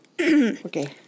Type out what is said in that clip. Okay